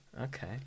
okay